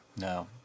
no